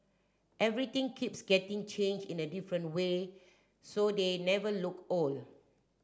everything keeps getting changed in a different way so they never look old